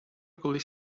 колись